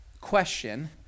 question